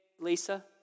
Lisa